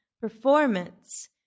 performance